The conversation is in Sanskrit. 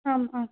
आम् आम्